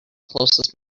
closest